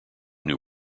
new